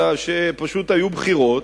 אלא שפשוט היו בחירות.